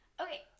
Okay